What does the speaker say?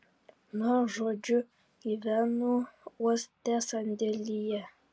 na žodžiu gyvenu uoste sandėlyje